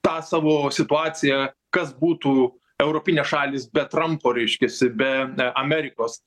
tą savo situaciją kas būtų europinės šalys be trampo reiškiasi be amerikos